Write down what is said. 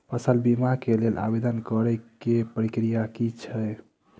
फसल बीमा केँ लेल आवेदन करै केँ प्रक्रिया की छै?